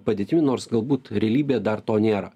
padėtim nors galbūt realybėje dar to nėra